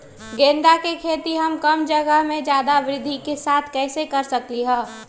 गेंदा के खेती हम कम जगह में ज्यादा वृद्धि के साथ कैसे कर सकली ह?